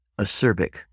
acerbic